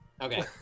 Okay